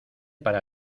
para